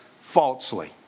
falsely